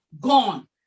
gone